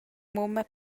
mumma